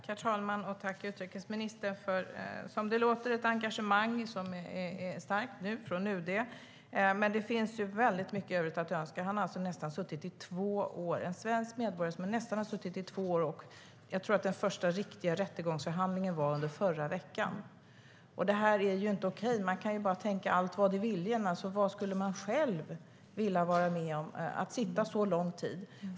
Herr talman! Tack, utrikesministern, för ett, som det låter, starkt engagemang från UD. Det finns dock mycket i övrigt att önska. Här har vi alltså en svensk medborgare som har suttit häktad i nästan två år, och jag tror att den första riktiga rättegångsförhandlingen var under förra veckan. Det här är inte okej. Allt vad I viljen, kan man tänka - vad skulle man själv vilja vara med om? Tänk att sitta så lång tid!